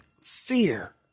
fear